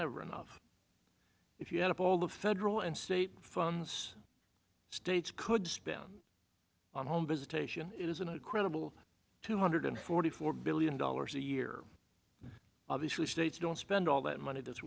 never enough if you add up all the federal and state funds states could spend on home visitation it is an incredible two hundred forty four billion dollars a year obviously states don't spend all that money th